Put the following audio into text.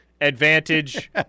Advantage